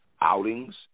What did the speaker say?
outings